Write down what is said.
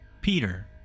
Peter